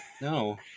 no